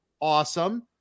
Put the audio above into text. Awesome